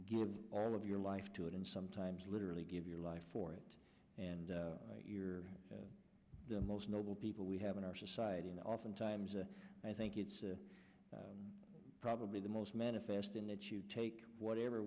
give all of your life to it and sometimes literally give your life for it and we're the most noble people we have in our society and oftentimes i think it's a probably the most manifest in that you take whatever